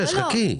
חכי.